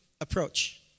approach